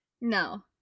No